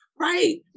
Right